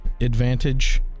advantage